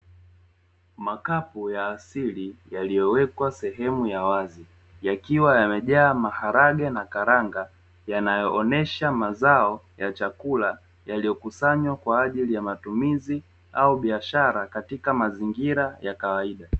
Makapu ya asili yakiwa yamejaa mazao katika eneo la kawaida yanayoonyesha mazingira ya kawaida l